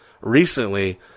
recently –